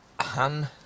han